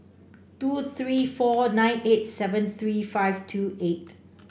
two three four nine eight seven three five two eight